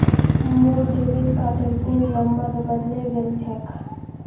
मोर डेबिट कार्डेर pin number बदले गेल छेक